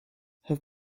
have